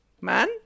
man